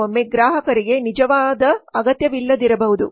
ಕೆಲವೊಮ್ಮೆ ಗ್ರಾಹಕರಿಗೆ ನಿಜವಾದ ಅಗತ್ಯವಿಲ್ಲದಿರಬಹುದು